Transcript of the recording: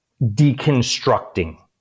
deconstructing